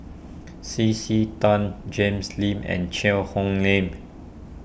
C C Tan Jims Lim and Cheang Hong Lim